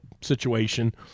situation